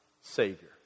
savior